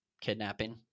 kidnapping